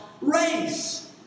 race